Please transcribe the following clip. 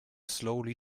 slowly